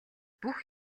бүх